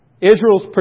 Israel's